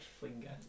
finger